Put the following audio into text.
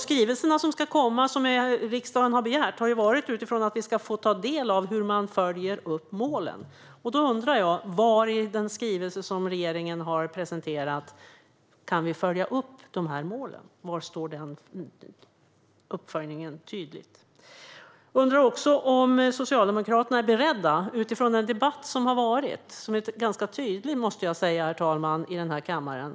Skrivelsen som riksdagen har begärt har varit utifrån att vi ska få ta del av hur man följer upp målen. Var i den skrivelse som regeringen har presenterat kan vi följa upp målen? Var syns den uppföljningen tydligt? Det har varit en tydlig debatt, herr talman, i kammaren.